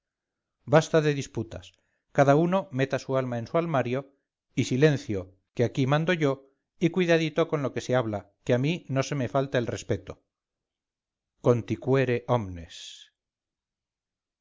basta de disputas cada uno meta su alma en su almario y silencio que aquí mando yo y cuidadito con lo que se habla que a mí no se me falta el respeto conticuere omnes